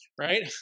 right